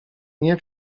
nie